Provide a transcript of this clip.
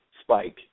spike